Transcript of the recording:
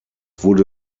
wurde